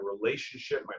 relationship